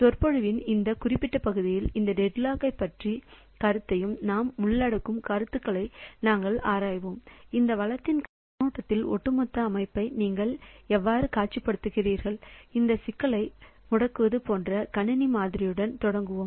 சொற்பொழிவின் இந்த குறிப்பிட்ட பகுதியில் இந்த டெட்லாக் பற்றிய கருத்தையும் நாம் உள்ளடக்கும் கருத்தாக்கங்களையும் நாங்கள் ஆராய்வோம் இந்த வளத்தின் கண்ணோட்டத்தில் ஒட்டுமொத்த அமைப்பை நீங்கள் எவ்வாறு காட்சிப்படுத்துகிறீர்கள் இந்த சிக்கல்களை முடக்குவது போன்ற கணினி மாதிரியுடன் தொடங்குவோம்